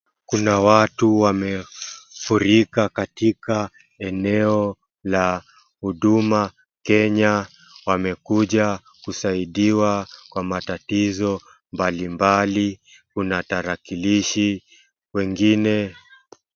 Kuna watu wamefurika katika eneo la Huduma Kenya, wamekuja kusaidiwa kwa matatizo mbalimbali, kuna tarakilishi, wengine...